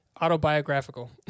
Autobiographical